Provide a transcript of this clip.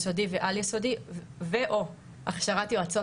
יסודי ועל-יסודי ו/או הכשרת יועצות